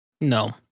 No